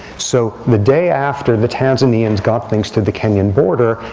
so the day after the tanzanians got things to the kenyan border,